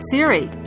Siri